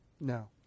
No